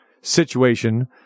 situation